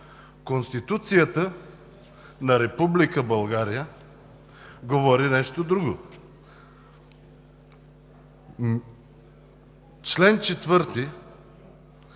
Конституцията на Република България говори нещо друго. Член 4,